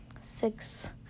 six